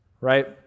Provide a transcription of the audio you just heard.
right